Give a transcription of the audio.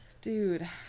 Dude